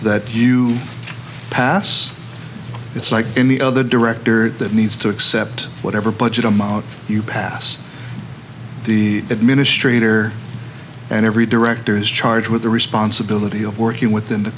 that you pass it's like any other director that needs to accept whatever budget amount you pass the administrator and every director is charged with the responsibility of working within the